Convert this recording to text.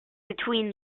between